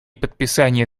подписание